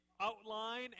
outline